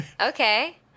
Okay